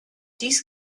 dies